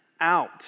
out